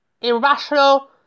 irrational